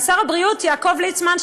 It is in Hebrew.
שר הבריאות יעקב ליצמן,